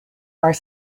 are